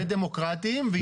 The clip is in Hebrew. ודמוקרטיים.